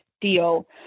deal